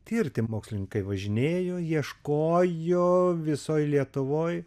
tirti mokslininkai važinėjo ieškojo visoj lietuvoj